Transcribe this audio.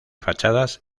fachadas